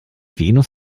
venus